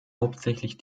hauptsächlich